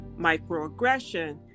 microaggression